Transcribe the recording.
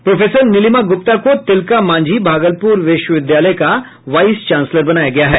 professor Nilima Gupta को तिलका मांझी भागलपुर विश्वविद्यालय का वाईस चांसलर बनाया गया है